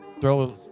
throw